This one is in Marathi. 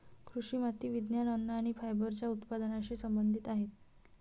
कृषी माती विज्ञान, अन्न आणि फायबरच्या उत्पादनाशी संबंधित आहेत